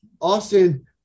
Austin